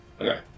Okay